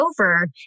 over